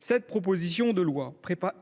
Cette proposition de loi